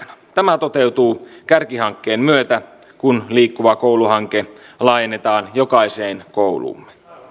tämä toteutuu kärkihankkeen myötä kun liikkuva koulu hanke laajennetaan jokaiseen kouluumme